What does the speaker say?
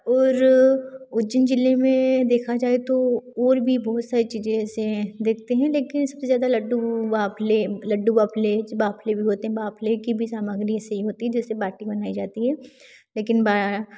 और उज्जैन ज़िले में देखा जाए तो और भी बहुत सारे चीज़ें ऐसे हैं देखते हैं लेकिन सबसे ज़्यादा लड्डू वाफले लड्डू बाफले बाफले भी होते बाफले की भी सामग्री सेम होती है जैसे बाटी बनाई जाती है लेकिन बा